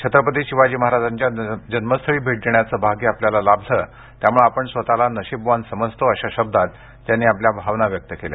छत्रपती शिवाजी महाराजांच्या जन्मस्थळी भेट देण्याचं भाग्य मला लाभलं त्यामुळं मी स्वतःला नशीबवान समजतो अशा शब्दात त्यांनी आपल्या भावना व्यक्त केल्या